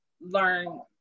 learn